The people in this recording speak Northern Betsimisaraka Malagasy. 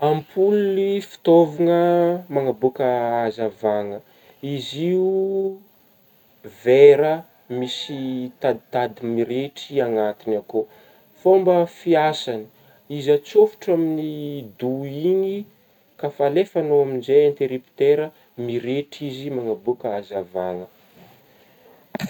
ampoligny fitaovagna manaboaka hazavagna izy io vera misy taditadigny mirehitra anatigny akao, fômba fihasagny izy atsôfitra amin'ny doiy igny ka fa alefagnao amin'zey interiptera, mirehitra izy manabôaka hazavagna